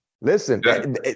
Listen